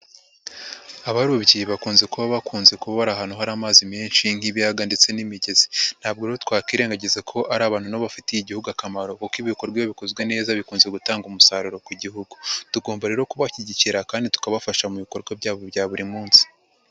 Abarukiye bakunze kuba bakunze kuba bari ahantu hari amazi menshi nk'ibiyaga ndetse n'imigezi, ntabwo rero twakwirengagiza ko ari abantu na bo bafitiye Igihugu akamaro kuko ibikorwa bikozwe neza bikunze gutanga umusaruro ku gihugu, tugomba rero kubashyigikira kandi tukabafasha mu bikorwa byabo bya buri munsi.